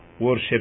Worship